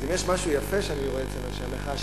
אז אם יש משהו יפה שאני רואה אצל אנשי המחאה,